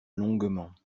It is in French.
longuement